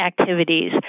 activities